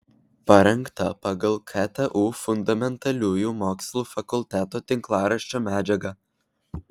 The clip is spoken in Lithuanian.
parengta pagal ktu fundamentaliųjų mokslų fakulteto tinklaraščio medžiagą